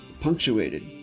punctuated